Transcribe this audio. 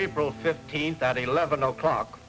april fifteenth at eleven oclock